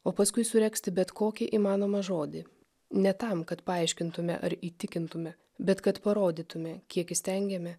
o paskui suregzti bet kokį įmanomą žodį ne tam kad paaiškintume ar įtikintume bet kad parodytume kiek įstengiame